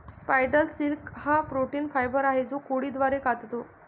spider silk हा protein fibre आहे जो कोळी द्वारे काततो